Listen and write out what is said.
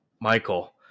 Michael